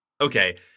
Okay